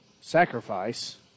sacrifice